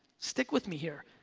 stick with me here,